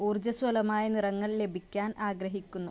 ഊർജ്ജസ്വലമായ നിറങ്ങൾ ലഭിക്കാൻ ആഗ്രഹിക്കുന്നു